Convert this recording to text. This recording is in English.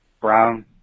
Brown